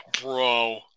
Bro